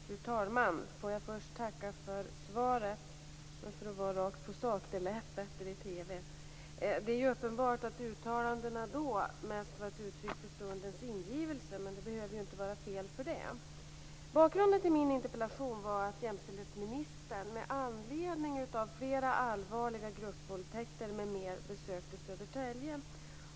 Fru talman! Jag får först tacka för svaret, men för att vara rakt på sak: Det lät bättre i TV. Det är uppenbart att uttalandena där mest var ett uttryck för stundens ingivelse. Men det behöver inte vara fel för det. Bakgrunden till min interpellation var att jämställdhetsministern med anledning av flera allvarliga gruppvåldtäkter m.m. besökte Södertälje.